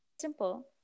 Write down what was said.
Simple